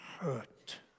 hurt